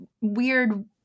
weird